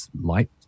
light